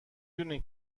دونی